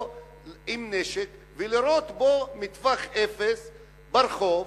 עם נשק ולירות בו מטווח אפס ברחוב.